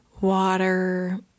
water